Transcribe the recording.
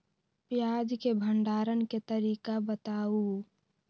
प्याज के भंडारण के तरीका बताऊ?